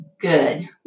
good